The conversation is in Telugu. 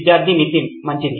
విద్యార్థి నితిన్ మంచిది